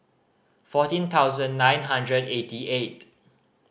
fourteen thousand nine hundred eighty eight